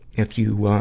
if you, um,